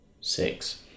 six